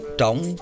trống